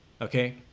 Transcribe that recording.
Okay